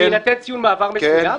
בשביל לתת ציון מעבר מסוים.